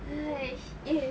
!hais! eh